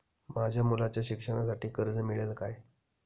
माझ्या मुलाच्या शिक्षणासाठी कर्ज मिळेल काय?